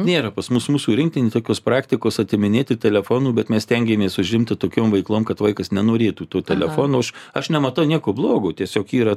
nėra pas mus mūsų rinktinėj tokios praktikos atiminėti telefonų bet mes stengiamės užimti tokiom veiklom kad vaikas nenorėtų to telefono aš nematau nieko blogo tiesiog yra